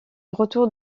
retour